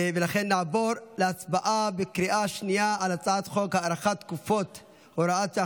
לכן נעבור להצבעה בקריאה שנייה על הצעת חוק הארכת תקופות (הוראת שעה,